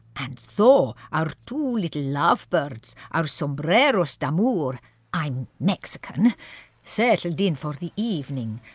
and so our two little lovebirds, our sombreros d'amour i'm mexican settled in for the evening.